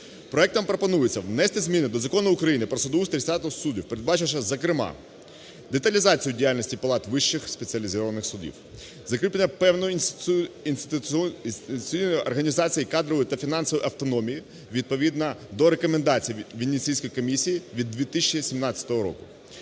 Проектом пропонується внести змін до Закону України "Про судоустрій і статус суддів", передбачивши, зокрема: деталізацію діяльності палат Вищих спеціалізованих судів, закріплення певної інституційної організації кадрової та фінансової автономії відповідно до рекомендацій Венеційської комісії від 2017 року,